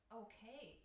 okay